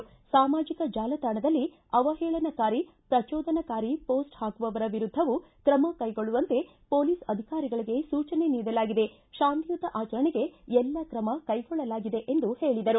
ಸಾಮಾಜಿಕ ಜಾಲತಾಣದಲ್ಲಿ ಅವಹೇಳನಕಾರಿ ಪ್ರಚೋದನಕಾರಿ ಪೋಸ್ಟ್ ಹಾಕುವವರ ವಿರುದ್ಧವೂ ತ್ರಮ ಕ್ಟೆಗೊಳ್ಳುವಂತೆ ಪೊಲೀಸ್ ಅಧಿಕಾರಿಗಳಿಗೆ ಸೂಚನೆ ನೀಡಲಾಗಿದೆ ಶಾಂತಿಯುತ ಆಚರಣೆಗೆ ಎಲ್ಲ ತ್ರಮ ಕೈಗೊಳ್ಳಲಾಗಿದೆ ಎಂದರು